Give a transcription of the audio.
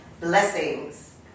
Blessings